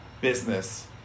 Business